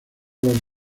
olor